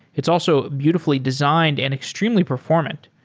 it's also beautifully designed and extremely performant.